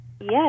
Yes